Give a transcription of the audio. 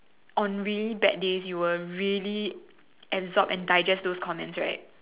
on really bad days you will really absorb and digest those comments right